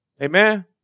Amen